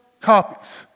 copies